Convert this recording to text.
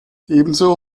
ebenso